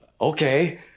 okay